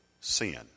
sin